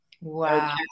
Wow